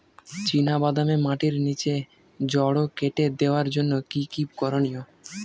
চিনা বাদামে মাটির নিচে জড় কেটে দেওয়ার জন্য কি কী করনীয়?